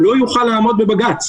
הוא לא יוכל לעמוד בבג"ץ.